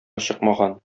чыкмаган